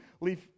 leave